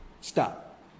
stop